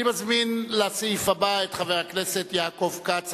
אני מזמין לסעיף הבא את חבר הכנסת יעקב כץ,